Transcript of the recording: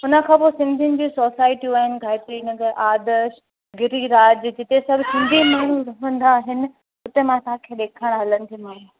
हुन खां पोइ सिंधियुनि जूं सोसाइटियूं आहिनि गायत्री नगर आदर्श गिरिराज जिते सभु माण्हू रहंदा आहिनि उते मां तव्हांखे ॾेखारण हलंदीमांव